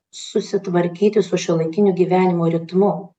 susitvarkyti su šiuolaikiniu gyvenimo ritmu